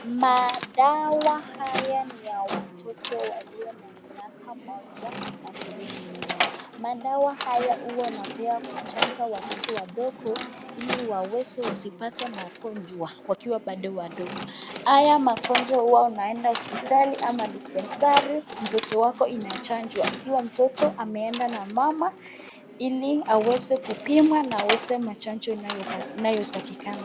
Madawa haya ni ya watoto walio na miaka moja na kurudi nyuma. Madawa haya huwa unapewa kuchanja watoto wadogo, ili waweze wasipate magonjwa wakiwa bado wadogo. Haya magonjwa huwa unaenda hospitali ama dispensari, mtoto wako inachanjwa, ikiwa mtoto ameenda na mama ili aweze kupimwa na aweze chanjo inayotakikana.